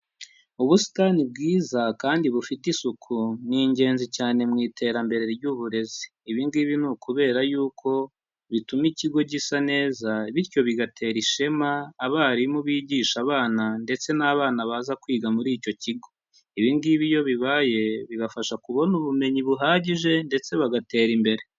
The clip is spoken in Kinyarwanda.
Ubusitani bwiza kandi bufite isuku ni ingenzi cyane mu iterambere ry'uburezi. Ibi ngibi ni ukubera yuko bituma ikigo gisa neza bityo bigatera ishema abarimu bigisha abana ndetse n'abana baza kwiga muri icyo kigo. Ibi ngibi iyo bibaye bibafasha kubona ubumenyi buhagije ndetse bagatera imbere.